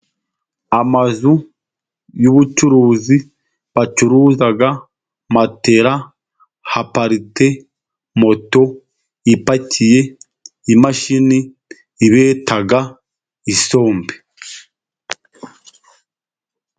Amazu y'ubucuruzi bacuruza matera, haparite moto ipakiye imashini ibeta isombe.